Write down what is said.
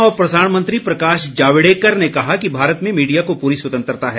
सूचना और प्रसारण मंत्री प्रकाश जावड़ेकर ने कहा है कि भारत में मीडिया को पूरी स्वतंत्रता है